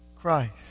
Christ